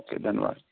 okay धन्यवाद sir